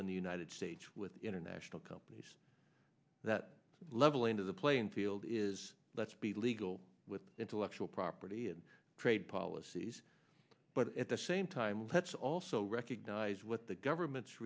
in the united states with international companies that leveling to the playing field is let's be legal with intellectual property and trade policies but at the same time let's also recognize what the government's